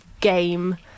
game